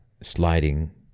sliding